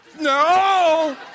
no